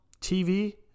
TV